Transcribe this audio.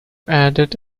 added